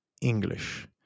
English